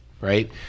right